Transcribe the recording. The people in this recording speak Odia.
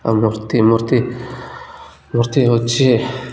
ଆଉ ମୂର୍ତ୍ତି ମୂର୍ତ୍ତି ମୂର୍ତ୍ତି ହେଉଛିି